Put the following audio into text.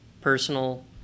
Personal